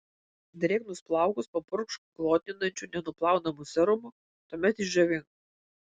drėgnus plaukus papurkšk glotninančiu nenuplaunamu serumu tuomet išdžiovink